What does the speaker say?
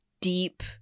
deep